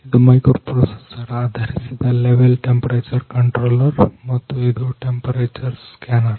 ಇದು ಮೈಕ್ರೊಪ್ರೊಸೆಸರ್ ಆಧರಿಸಿದ level temperature controller ಮತ್ತು ಇದು ಟೆಂಪರೇಚರ್ ಸ್ಕ್ಯಾನರ್